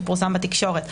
פורסם בתקשורת,